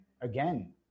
again